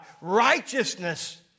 righteousness